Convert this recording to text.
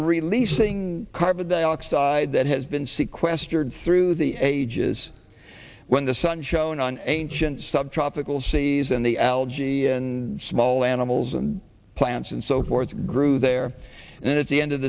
releasing carbon dioxide that has been sequestered through the ages when the sun shone on ancient sub tropical season the algae and small animals and plants and so forth grew there and then at the end of